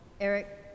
Eric